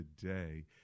today